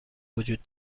وجود